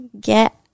get